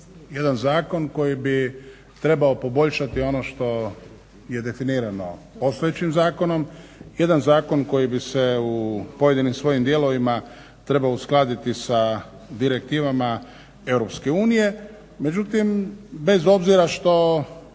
Jedan zakon koji bi trebao poboljšati ono što je definirano postojećim zakonom, jedan zakon koji bi se u pojedinim svojim dijelovima trebao uskladiti sa direktivama EU, međutim bez obzira što